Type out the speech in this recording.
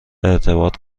ارتباط